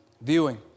viewing